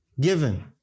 given